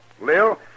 Lil